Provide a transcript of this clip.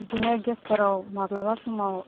बिदिनो गेसफोराव माब्लाबा समाव